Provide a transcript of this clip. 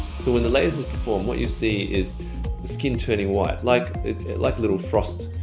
so, with the laser conform what you see is the skin turning white like like little frost,